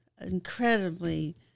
incredibly